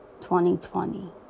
2020